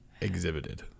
exhibited